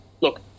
Look